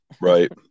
Right